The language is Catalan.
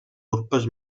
urpes